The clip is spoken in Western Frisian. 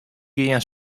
geane